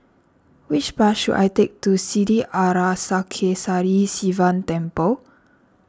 which bus should I take to Sri Arasakesari Sivan Temple